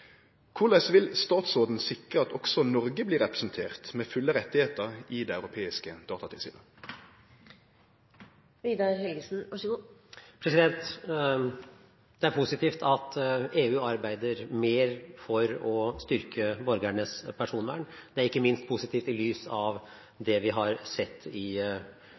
med fulle rettar – i det europeiske datatilsynet? Det er positivt at EU arbeider mer for å styrke borgernes personvern, og det er ikke minst positivt i lys av det vi har sett i